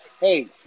hey